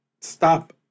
stop